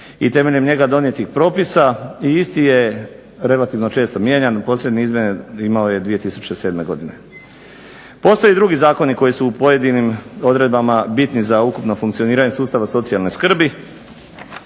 i temeljem njega donijetih propisa. I isti je relativno često mijenjan. Posebne izmjene imao je 2007. godine. Postoje i drugi zakoni koji su u pojedinim odredbama bitni za ukupno funkcioniranje sustava socijalne skrbi,